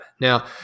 Now